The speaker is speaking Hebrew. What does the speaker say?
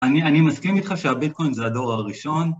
אני מסכים איתך שהביטקוין זה הדור הראשון